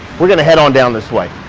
we're gonna head on down this way.